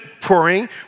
pouring